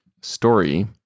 Story